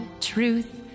truth